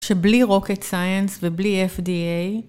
שבלי rocket science ובלי FDA